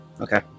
Okay